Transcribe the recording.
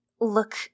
look –